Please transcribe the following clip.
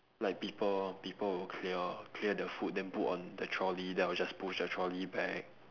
like people people will clear clear the food then put on the trolley then I'll just push the trolley back